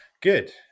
Good